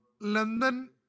London